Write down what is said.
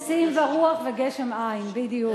נשיאים ורוח וגשם אין, בדיוק.